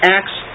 Acts